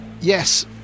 yes